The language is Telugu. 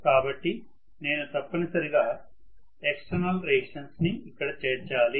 కాబట్టి నేను తప్పనిసరిగా ఎక్స్టర్నల్ రెసిస్టన్స్ ని ఇక్కడ చేర్చాలి